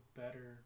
better